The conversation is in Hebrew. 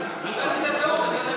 לא, אתה עשית טעות, איך אתה לא,